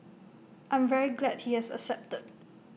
I'm very glad he has accepted